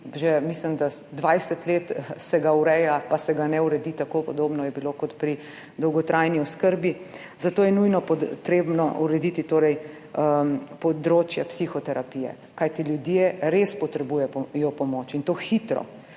mislim, da se ga že 20 let ureja, pa se ga ne uredi, podobno kot je bilo pri dolgotrajni oskrbi. Zato je nujno potrebno urediti področje psihoterapije, kajti ljudje res potrebujejo pomoč, in to hitro.